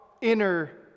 inner